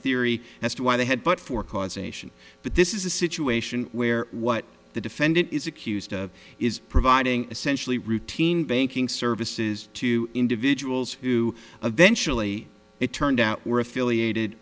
theory as to why they had but for causation but this is a situation where what the defendant is accused of is providing essentially routine banking services to individuals who eventually it turned out were affiliated